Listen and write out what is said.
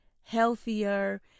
healthier